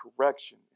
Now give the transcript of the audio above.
correction